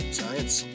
science